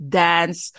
dance